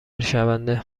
شونده